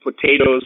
potatoes